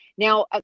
Now